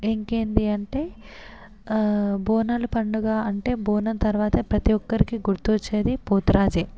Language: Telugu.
ఇంకేంటి అంటే బోనాల పండుగ అంటే బోనం తర్వాత ప్రతి ఒక్కరికి గుర్తొచ్చేది పోతురాజే